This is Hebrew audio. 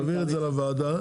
תעביר את זה לוועדה.